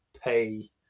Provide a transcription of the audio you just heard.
pay